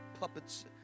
puppets